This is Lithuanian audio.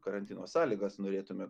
karantino sąlygas norėtume